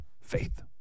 faith